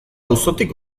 auzotik